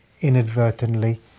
inadvertently